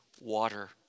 water